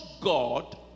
God